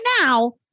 now